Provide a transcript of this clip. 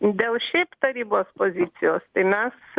dėl šiaip tarybos pozicijos tai mes